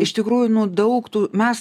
iš tikrųjų nu daug tų mes